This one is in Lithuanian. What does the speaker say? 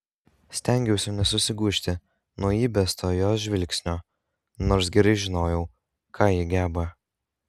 stengiausi nesusigūžti nuo įbesto jos žvilgsnio nors gerai žinojau ką ji geba